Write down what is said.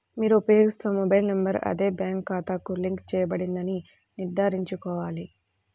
మీరు ఉపయోగిస్తున్న mobile number అదే బ్యాంక్ ఖాతాకు లింక్ చేయబడిందని నిర్ధారించుకోవాలి